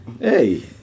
Hey